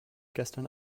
gestern